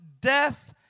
death